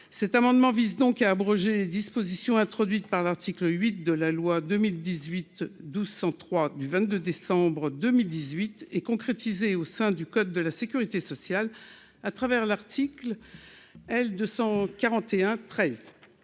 cet amendement vise donc à abroger les dispositions introduites par l'article 8 de la loi 2018 12 103 du 22 décembre 2018 et concrétiser au sein du code de la sécurité sociale à travers l'article L 241 13.